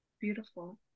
Beautiful